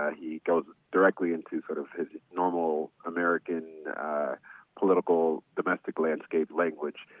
ah he goes directly into sort of his normal american political domestic landscape language.